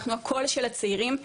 אנחנו הקול של הצעירים,